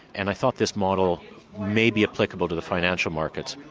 and i thought this model may be applicable to the financial markets.